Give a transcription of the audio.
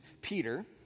Peter